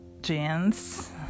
jeans